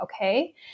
okay